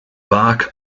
bach